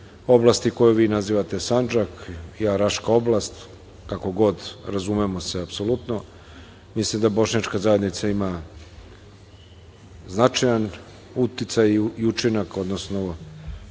oblasti koje vi nazivate Sandžak, ja Raška oblast, kako god, razumemo se apsolutno, mislim da bošnjačka zajednica ima značajan uticaj i učinak, odnosno